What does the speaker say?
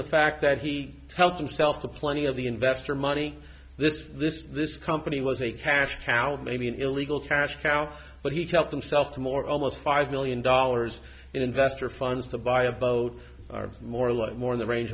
the fact that he helped himself to plenty of the investor money this this this company was a cash cow maybe an illegal cash cow but he helped himself to more almost five million dollars in investor funds to buy a boat are more like more in the range